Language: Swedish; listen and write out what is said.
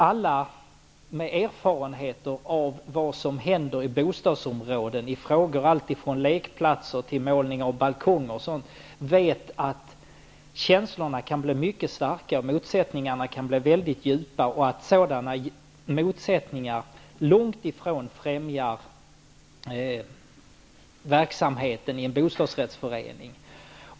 Alla med erfarenheter av vad som händer i bostadsområden i frågor om allt ifrån lekplatser till målning av balkonger vet att känslorna kan bli mycket starka och motsättningarna mycket djupa och att sådana motsättningar långt ifrån främjar verksamheten i en bostadsrättsförening.